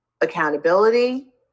accountability